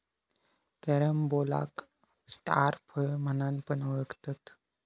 कॅरम्बोलाक स्टार फळ म्हणान पण ओळखतत